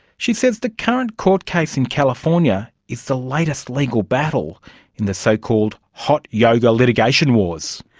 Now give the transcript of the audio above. she says the current court case in california is the latest legal battle in the so-called hot yoga litigation wars.